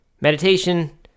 meditation